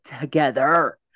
together